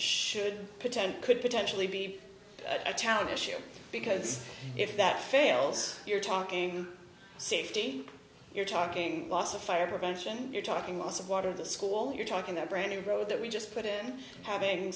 should pretend could potentially be a talent issue because if that fails you're talking safety you're talking lots of fire prevention you're talking lots of water the school you're talking the branding row that we just put in having